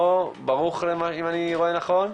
שלום לנוכחים.